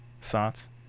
Thoughts